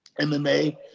MMA